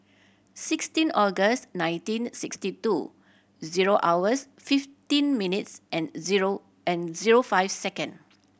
sixteen August nineteen sixty two zero hours fifteen minutes and zero and zero five second